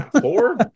Four